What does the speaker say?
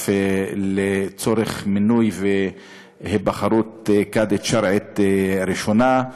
לצורך מינוי ובחירת קאדית שרעית ראשונה,